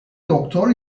doktor